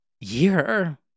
year